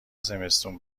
زمستون